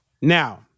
Now